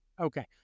Okay